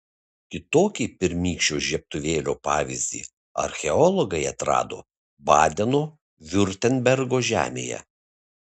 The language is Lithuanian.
kitokį pirmykščio žiebtuvėlio pavyzdį archeologai atrado badeno viurtembergo žemėje